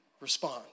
respond